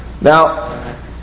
Now